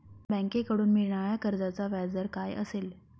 बँकेकडून मिळणाऱ्या कर्जाचा व्याजदर काय असेल?